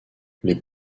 les